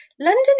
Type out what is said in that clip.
London